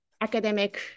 academic